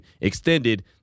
extended